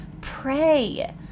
pray